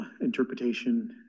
interpretation